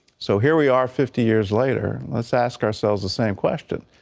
so here we are fifty years later, let's ask ourselves the same question.